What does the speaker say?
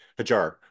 Hajar